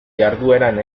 jardueran